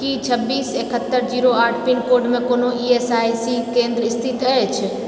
की छब्बीस एकहत्तर जीरो आठ पिनकोडमे कोनो ई एस आई सी केंद्र स्थित अछि